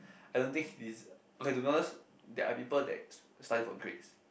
I don't think he deserve okay to be honest there are people that study for grades